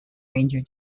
ranger